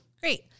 Great